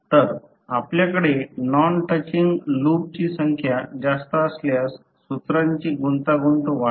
तर आपल्याकडे non touching लूपची संख्या जास्त असल्यास सूत्राची गुंतागुंत वाढेल